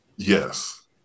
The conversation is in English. yes